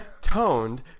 toned